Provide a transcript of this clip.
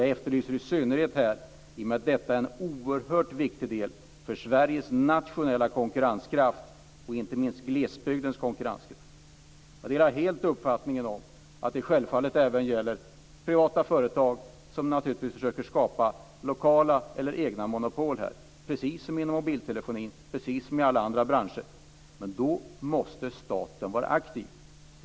Jag efterlyser det i synnerhet eftersom detta är en oerhört viktig sak för Sveriges nationella konkurrenskraft, inte minst glesbygdens konkurrenskraft. Jag delar helt uppfattningen att detta självfallet även gäller privata företag som naturligtvis försöker skapa egna lokala monopol - precis som inom mobiltelefonin och alla andra branscher. Men då måste staten vara aktiv.